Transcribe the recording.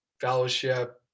fellowship